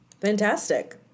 Fantastic